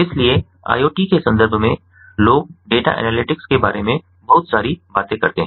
इसलिए IoT के संदर्भ में लोग डेटा एनालिटिक्स के बारे में बहुत सारी बातें करते हैं